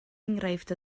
enghraifft